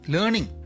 Learning